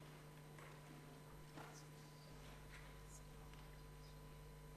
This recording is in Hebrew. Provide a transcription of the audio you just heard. (חברי הכנסת מקדמים